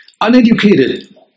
uneducated